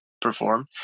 perform